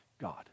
God